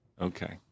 Okay